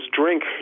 drink